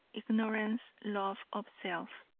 ignorance, love of self.